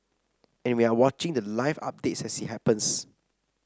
and we're watching the live updates as it happens